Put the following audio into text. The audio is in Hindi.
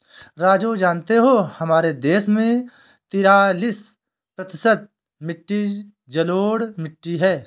राजू जानते हो हमारे भारत देश में तिरालिस प्रतिशत मिट्टी जलोढ़ मिट्टी हैं